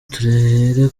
duhere